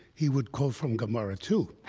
he would quote from gemara, too.